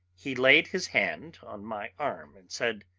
he laid his hand on my arm, and said